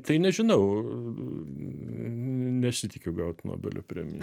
tai nežinau nesitikiu gaut nobelio premiją